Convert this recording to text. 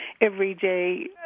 everyday